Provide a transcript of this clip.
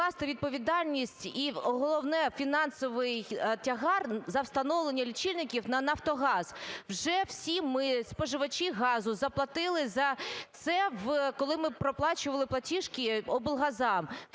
перекласти відповідальність, і головне – фінансовий тягар, за встановлення лічильників на "Нафтогаз"? Вже всі ми, споживачі газу, заплатили за це, коли ми проплачували платіжки облгазам,